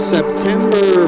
September